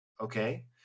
Okay